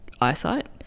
eyesight